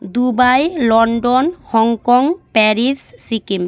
Dubai London Hong Kong Paris Sikkim